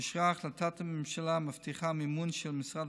אושרה החלטת הממשלה המבטיחה מימון של משרד